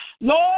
Lord